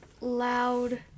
loud